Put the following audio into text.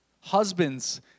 Husbands